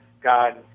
God